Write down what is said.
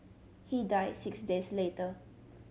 he died six days later